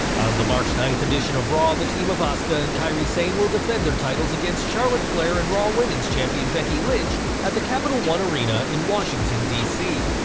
the march ninth edition of raw, the team of asuka and kairi sane will defend their titles against charlotte flair and raw women's champion becky lynch at the capitol one arena in washington, dc.